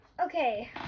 Okay